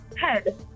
Head